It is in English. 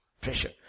Pressure